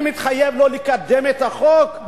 אני מתחייב לא לקדם את החוק,